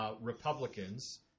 Republicans